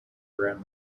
around